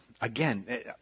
again